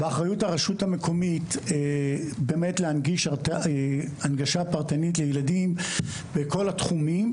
באחריות הרשות המקומית באמת להנגיש הנגשה פרטנית לילדים בכל התחומים,